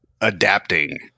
adapting